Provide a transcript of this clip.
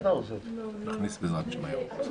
אני חושב שהשאלה שעולה כאן,